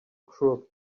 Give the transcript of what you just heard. crook